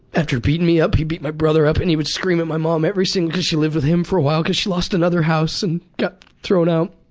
after beating me up he beat my brother up and he would scream at my mom every sin because she lived with him for a while because she lost another house and got thrown out.